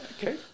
okay